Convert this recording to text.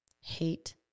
hate